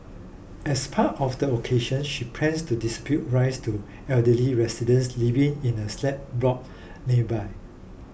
as part of the occasion she planned to distribute rice to elderly residents living in a slab block nearby